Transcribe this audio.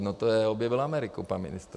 No to objevil Ameriku pan ministr.